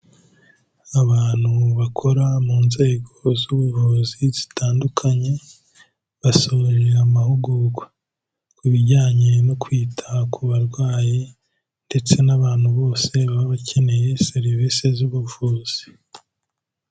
Abantu bakora mu nzego z'ubuvuzi zitandukanye, basoje amahugurwa, ku bijyanye no kwita ku barwayi ndetse n'abantu bose baba bakeneye serivisi z'ubuvuzi.